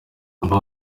ubu